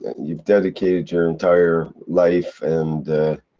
and you've dedicated your entire life and.